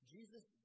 Jesus